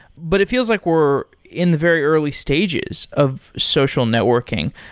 but it feels like we're in the very early stages of social networking.